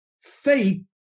faith